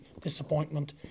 disappointment